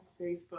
Facebook